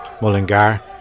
Mullingar